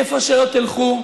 איפה שלא תלכו,